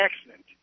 accident